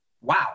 wow